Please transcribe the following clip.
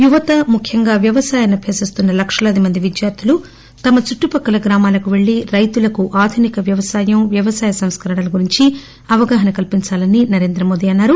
యువత ముఖ్యంగా వ్యవసాయాన్ని అభ్యసిస్తున్న లక్షలాది మంది విద్యార్థులు తమ చుట్టుపక్కల గ్రామాలకుపెళ్లి రైతులకు ఆధునిక వ్యవసాయం వ్యవసాయ సంస్కరణల గురించి అవగాహన కల్సించాలని అన్నారు